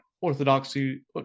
Orthodoxy